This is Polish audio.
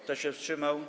Kto się wstrzymał?